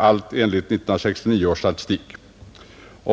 — allt enligt 1969 års statistik.